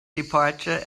departure